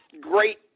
great